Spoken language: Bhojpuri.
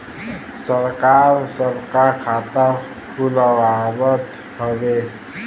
सरकार सबका खाता खुलवावत हउवे